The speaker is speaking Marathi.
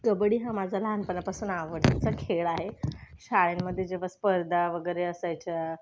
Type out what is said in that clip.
कबड्डी हा माझा लहानपणापासून आवडतीचा खेळ आहे शाळांमध्ये जेव्हा स्पर्धा वगैरे असायच्या